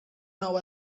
nou